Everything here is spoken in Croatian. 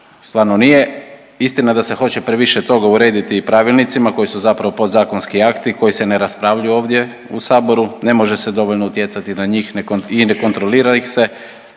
stvarno nije. Istina da se hoće previše toga urediti i pravilnicima koji su zapravo podazkonski akti koji se ne raspravljaju ovdje u saboru, ne može se dovoljno utjecati na njih i ne kontrolira ih se